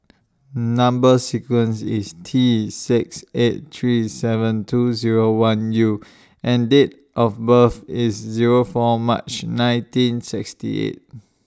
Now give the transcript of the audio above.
Number sequence IS T six eight three seven two Zero one U and Date of birth IS Zero four March nineteen sixty eight